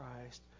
Christ